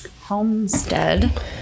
Homestead